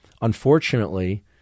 unfortunately